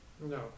No